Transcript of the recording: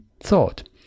thought